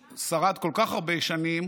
ששרד כל כך הרבה שנים,